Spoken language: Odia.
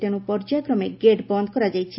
ତେଣୁ ପର୍ଯ୍ୟାୟକ୍ରମେ ଗେଟ୍ ବନ୍ଦ କରାଯାଇଛି